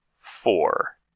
four